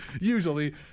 Usually